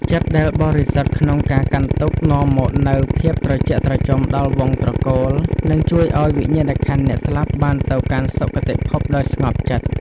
ចិត្តដែលបរិសុទ្ធក្នុងការកាន់ទុក្ខនាំមកនូវភាពត្រជាក់ត្រជុំដល់វង្សត្រកូល និង ជួយឱ្យវិញ្ញាណក្ខន្ធអ្នកស្លាប់បានទៅកាន់សុគតិភពដោយស្ងប់ចិត្ត។